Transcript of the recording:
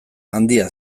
handia